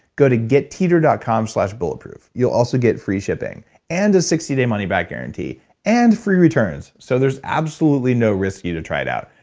go to getteeter dot com slash bulletproof. you'll also get free shipping and a sixty day money back guarantee and free returns so there's absolutely no risk for you to try it out.